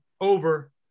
over